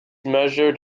measured